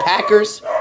Packers